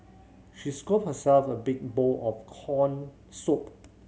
she scooped herself a big bowl of corn soup